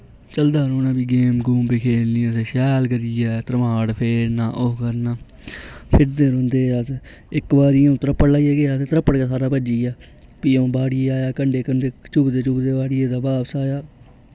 चलदा रौना फ्ही गेम गूम बी खेलना शैल करियै तरमाड फेरना ओह् फेरना फिरदे रौह्ंदे हे अस इक बारि त्रप्पड़ लाईऐ गेआ हा ते त्रप्पड़ गै भज्जी गे हे फ्ही आ'ऊं बाह्डिआ आया ते कण्डे चूबदे चूबदे